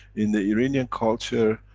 in the iranian culture,